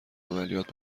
عملیات